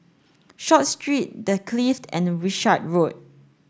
Short Street The Clift and Wishart Road